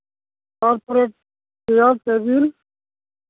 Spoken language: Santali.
ᱛᱟᱨᱯᱚᱨᱮ ᱪᱮᱭᱟᱨ ᱴᱮᱵᱤᱞ